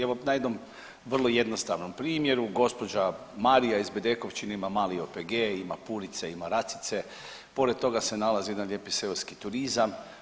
Evo, na jednom vrlo jednostavnom primjeru, gđa. Marija iz Bedekovčine ima mali OPG, ima purice, ima racice, pored toga se nalazi jedan lijepi seoski turizam.